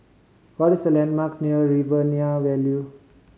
what is the landmark near Riverina value